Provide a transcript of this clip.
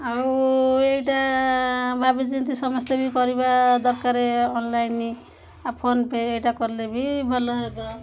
ଆଉ ଏଇଟା ଭାବି ଯେନ୍ତି ସମସ୍ତେ ବି କରିବା ଦରକାରେ ଅନଲାଇନ ଆଉ ଫୋନପେ ଏଇଟା କଲେ ବି ଭଲ ହେବ